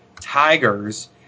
tigers